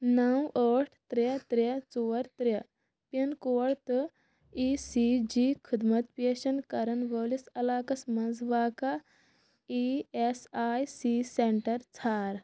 نَو ٲٹھ ترٛےٚ ترٛےٚ ژور ترٛےٚ پِن کوڈ تہٕ ای سی جی خدمت پیشن کرن وٲلِس علاقس مَنٛز واقع E S I C centre ژھانڈ